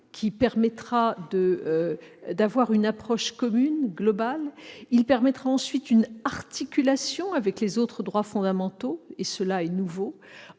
qui permettra une approche commune, globale. Il permet ensuite une articulation avec les autres droits fondamentaux, ce qui est nouveau.